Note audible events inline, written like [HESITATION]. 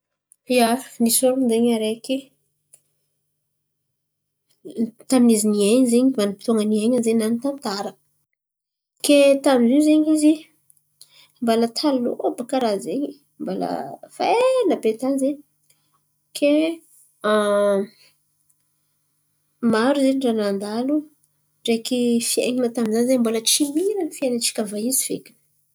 Ia, misy olo zen̈y areky, tamin'iny izy nehen̈y, vanim-potoan̈a ny ain̈ana zen̈y maro tantara. Ke taminy zio zen̈y izy mbala taloha baka raha zen̈y, mbala ela be tan̈y zen̈y. Ke [HESITATION] maro zen̈y raha nandalo, ndreky fiainan̈a tamin'izany zen̈y tsy mira fiainan̈a tsika vahizo feky.